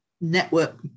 network